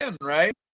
right